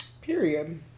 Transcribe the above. period